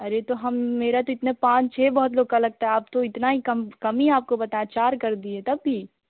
अरे तो हम मेरा तो इतने पाँच छः बहुत लोग का लगता है आप तो इतना ही का कमी आपको बात चार कर दिए तब तभी